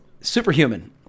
superhuman